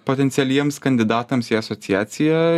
potencialiems kandidatams į asociaciją